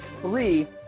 three